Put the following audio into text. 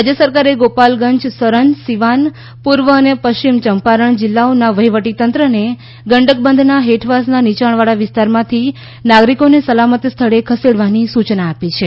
રાજ્ય સરકારે ગોપાલગંજ સરન સીવાન પૂર્વ અને પશ્ચિમ ચંપારણ જિલ્લાઓના વહીવટીતંત્રને ગંડક બંધના હેઠવાસના નીયાણવાળા વિસ્તારમાંથી નાગરિકોને સલામત સ્થળે ખસેડવાની સૂચના આપી છે